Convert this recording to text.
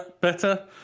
better